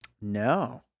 No